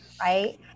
right